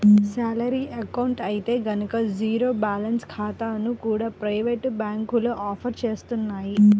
salary account అయితే గనక zero balance ఖాతాలను కూడా ప్రైవేటు బ్యాంకులు ఆఫర్ చేస్తున్నాయి